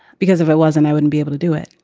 because if it wasn't, i wouldn't be able to do it.